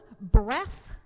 breath